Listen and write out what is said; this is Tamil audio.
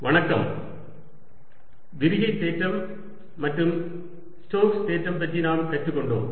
விரிகை மற்றும் ஸ்டோக்ஸின் தேற்றங்களின் பயன்பாடுகளின் எடுத்துக்காட்டுகள் விரிகை தேற்றம் மற்றும் ஸ்டோக்ஸ் தேற்றம் பற்றி நாம் கற்றுக்கொண்டோம்